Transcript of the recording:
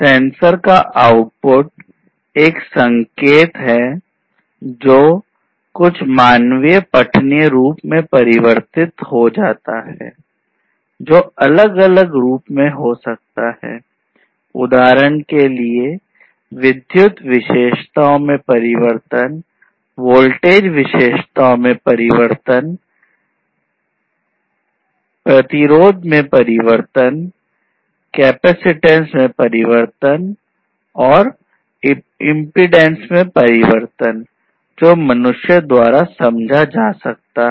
sensor में परिवर्तन जो मनुष्य द्वारा समझा जा सकता है